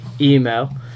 email